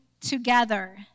together